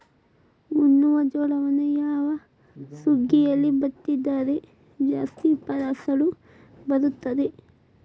ಉಣ್ಣುವ ಜೋಳವನ್ನು ಯಾವ ಸುಗ್ಗಿಯಲ್ಲಿ ಬಿತ್ತಿದರೆ ಜಾಸ್ತಿ ಫಸಲು ಬರುತ್ತದೆ?